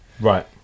Right